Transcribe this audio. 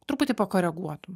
truputį pakoreguotum